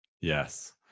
yes